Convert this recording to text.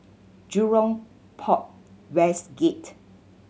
Jurong Port West Gate